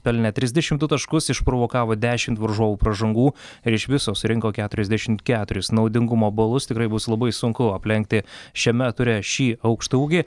pelnė trisdešim du taškus išprovokavo dešimt varžovų pražangų ir iš viso surinko keturiasdešimt keturis naudingumo balus tikrai bus labai sunku aplenkti šiame ture šį aukštaūgį